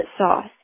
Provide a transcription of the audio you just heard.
sauce